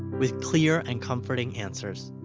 with clear and comforting answers.